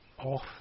Off